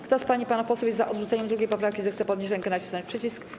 Kto z pań i panów posłów jest za odrzuceniem 2. poprawki, zechce podnieść rękę i nacisnąć przycisk.